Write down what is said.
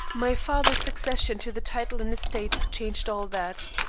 my father's succession to the title and estates changed all that.